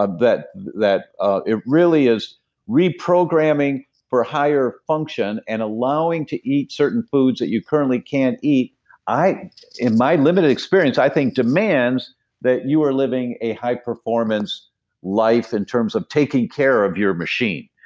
ah bet that ah it really is reprogramming for a higher function and allowing to eat certain foods that you currently can't eat in my limited experience, i think, demands that you are living a high performance life in terms of taking care of your machine.